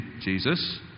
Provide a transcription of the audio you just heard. Jesus